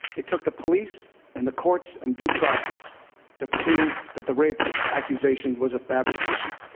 it took the police and the courts and due process to prove that the rape accusation was a fabrication.